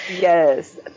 Yes